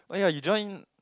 oh ya you join